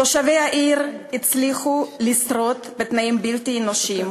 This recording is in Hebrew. תושבי העיר הצליחו לשרוד בתנאים בלתי אנושיים